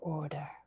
order